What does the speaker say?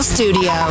Studio